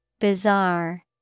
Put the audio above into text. Bizarre